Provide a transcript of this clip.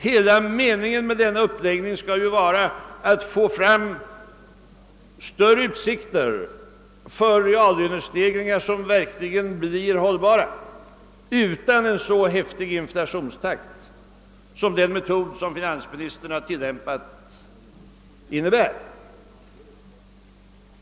Hela meningen med denna uppläggning skall vara att få fram större utsikter för reallönestegringar som verkligen blir hållbara utan en så häftig inflationstakt som den metod ger, vilken finansministern tillämpar.